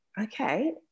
okay